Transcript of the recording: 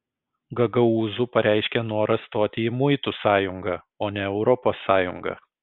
gagaūzų pareiškė norą stoti į muitų sąjungą o ne europos sąjungą